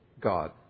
God